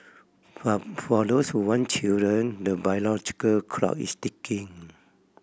but for those who want children the biological clock is ticking